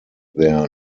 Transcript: their